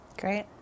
Great